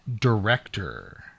director